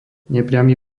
nepriamy